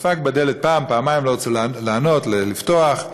דפק בדלת פעם, פעמיים, לא רצו לענות, לפתוח.